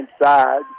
Inside